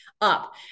up